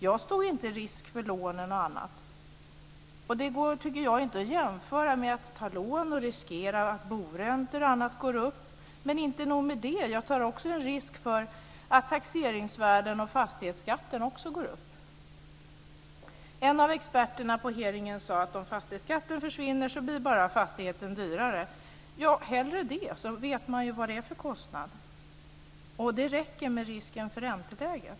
Jag tog ingen risk för lånen och annat. Jag tycker inte att det går att jämföra med att ta lån för att köpa en bostad och riskera att boräntor och annat går upp. Dessutom tar jag en risk att taxeringsvärdet och fastighetsskatten också går upp. En av experterna på hearingen sade att om fastighetsskatten försvinner blir bara fastigheten dyrare. Ja, hellre det. Då vet man ju vad det är för kostnad. Det räcker med risken för ränteläget.